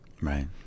right